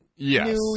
Yes